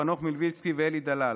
חנוך מלביצקי ואלי דלל,